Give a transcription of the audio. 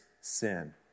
sin